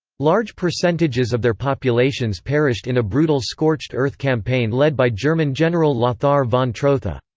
large percentages of their populations perished in a brutal scorched earth campaign led by german general lothar von trotha.